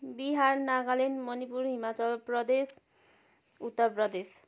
Bihar Nagaland Manipur Himachal Pradesh Uttar Pradesh